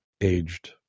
aged